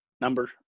number